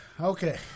Okay